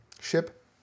Ship